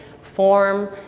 form